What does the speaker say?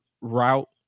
route